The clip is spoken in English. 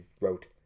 wrote